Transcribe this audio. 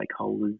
stakeholders